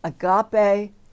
agape